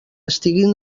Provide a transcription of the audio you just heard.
estiguen